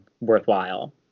worthwhile